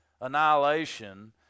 annihilation